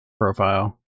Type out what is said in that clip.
profile